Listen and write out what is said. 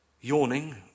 yawning